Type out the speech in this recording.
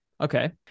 okay